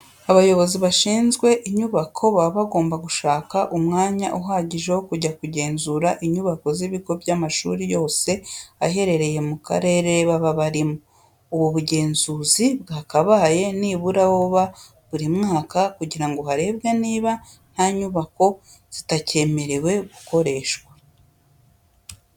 Abayobozi bashinzwe inyubako baba bagomba gushaka umwanya uhagije wo kujya kugenzura inyubako z'ibigo by'amashuri yose aherereye mu karere baba barimo. Ubu bugenzuzi bwakabaye nibura buba buri mwaka kugira ngo harebwe niba nta nyubako zitacyemerewe gukoreshwa.